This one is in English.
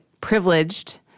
privileged